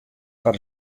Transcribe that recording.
foar